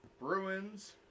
Bruins